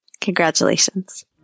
Congratulations